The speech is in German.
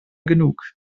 genug